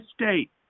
state